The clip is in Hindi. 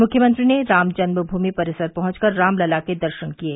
मुख्यमंत्री ने रामजन्मभूमि परिसर पहुंचकर रामलला के दर्शन किये